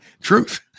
truth